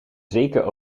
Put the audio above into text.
zeker